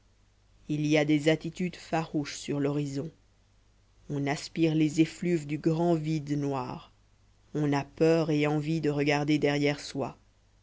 il y a des attitudes farouches sur l'horizon on aspire les effluves du grand vide noir on a peur et envie de regarder derrière soi